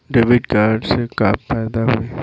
Debit card से का फायदा होई?